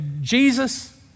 Jesus